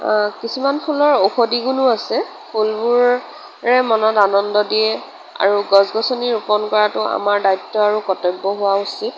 কিছুমান ফুলৰ ঔষধি গুণো আছে ফুলবোৰে মনত আনন্দ দিয়ে আৰু গছ গছনি ৰোপণ কৰাটো আমাৰ দায়িত্ব আৰু কৰ্তব্য হোৱা উচিত